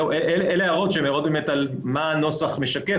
אלה הערות שהן הערות על מה הנוסח משקף,